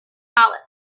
pallet